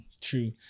true